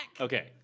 Okay